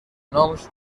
noms